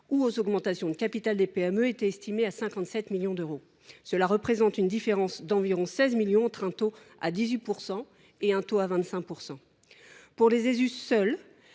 ou aux augmentations de capital des PME étaient estimées à 57 millions d’euros. Cela représente une différence d’environ 16 millions d’euros entre un taux à 18 % et un taux à 25 %. Si l’on prend